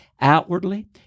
Outwardly